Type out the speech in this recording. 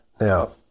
Now